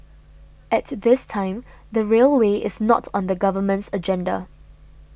at this time the railway is not on the government's agenda